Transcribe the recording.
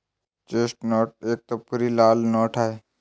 chestnut एक तपकिरी लाल नट आहे